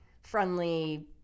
friendly